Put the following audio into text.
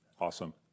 Awesome